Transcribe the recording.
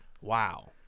Wow